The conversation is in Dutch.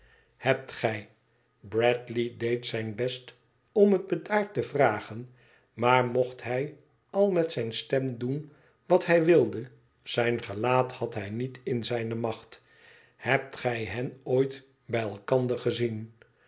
hebt gij bradley deed zijn best om het bedaard te vragen maar mocht hij al met zijne stem doen wat hij wilde zijn gelaat had hij niet in zijne macht hebt gij hen ooit bij elkander gezien